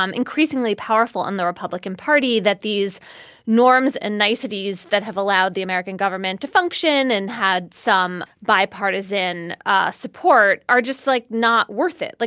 um increasingly powerful in the republican party, that these norms and niceties that have allowed the american government to function and had some bipartisan ah support are just like not worth it. like